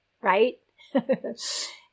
right